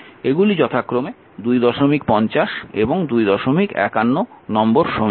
এগুলি যথাক্রমে 250 এবং 251 নম্বর সমীকরণ